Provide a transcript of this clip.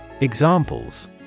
Examples